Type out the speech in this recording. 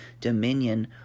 dominion